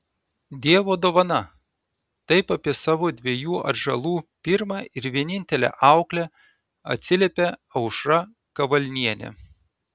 dievo dovana taip apie savo dviejų atžalų pirmą ir vienintelę auklę atsiliepia aušra kavalnienė